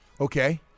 Okay